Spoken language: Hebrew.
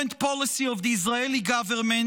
policy of the Israeli government,